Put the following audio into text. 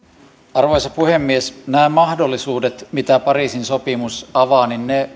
arvoisa puhemies nämä mahdollisuudet mitä pariisin sopimus avaa